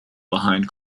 behind